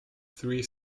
three